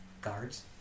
guards